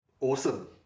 Awesome